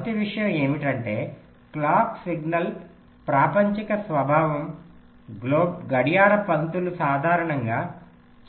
మొదటి విషయం ఏమిటంటే క్లాక్ సిగ్నల్ ప్రపంచిక స్వభావం గడియార పంక్తులు సాధారణంగా